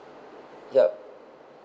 yup